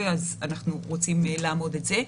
אז אנחנו רוצים לאמוד את זה.